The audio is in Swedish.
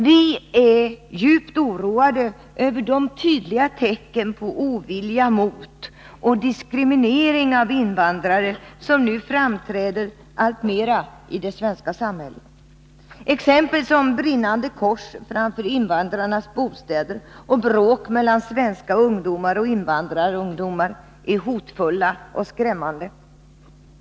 Vi är djupt oroade över de tydliga tecken på ovilja mot och diskriminering av invandrare som nu framträder alltmera i det svenska samhället. Exempel som brinnande kors framför invandrarnas bostäder och bråk mellan svenska ungdomar och invandrarungdomar är hotfulla och skrämmande.